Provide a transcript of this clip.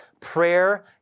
Prayer